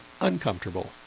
uncomfortable